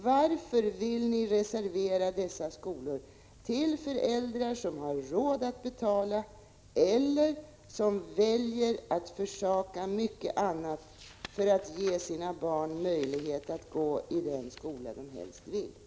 Varför vill ni reservera dessa skolor till förmån för föräldrar som har råd att betala eller som väljer att försaka en hel del för att deras barn skall ha möjlighet att gå i den skola som de helst vill gå i?